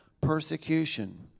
persecution